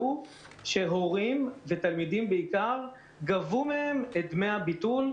והוא שגבו מהורים ותלמידים את דמי הביטול.